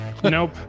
Nope